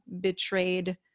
betrayed